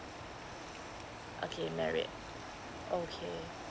okay married okay